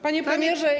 Panie Premierze!